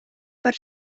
per